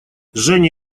женя